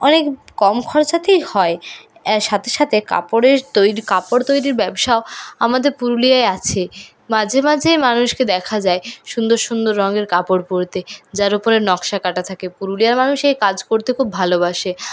অনেক কম খরচাতেই হয় সাথে সাথে কাপড়ের কাপড় তৈরির ব্যবসাও আমাদের পুরুলিয়ায় আছে মাঝে মাঝে মানুষকে দেখা যায় সুন্দর সুন্দর রঙের কাপড় পরতে যার উপরে নকশা কাটা থাকে পুরুলিয়ার মানুষ এই কাজ করতে খুব ভালোবাসে